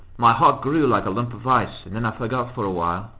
my heart grew like a lump of ice, and then i forgot for a while.